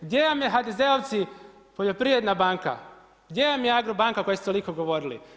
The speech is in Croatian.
Gdje vam je HDZ-ovci poljoprivredna banka, gdje vam je agro banka o kojoj ste toliko govorili?